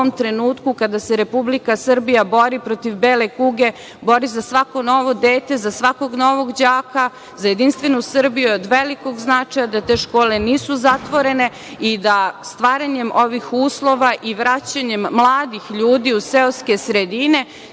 ovom trenutku kada se Republika Srbija bori protiv bele kuge, bori za svako novo dete, za svakog novog đaka, za Jedinstvenu Srbiju je od velikog značaja da te škole nisu zatvorene i da stvaranjem ovih uslova i vraćanjem mladih ljudi u seoske sredine,